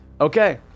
Okay